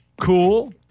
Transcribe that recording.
cool